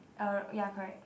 err ya correct